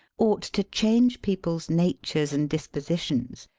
ought to change people's natures and dispositions,